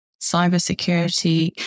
cybersecurity